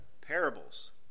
parables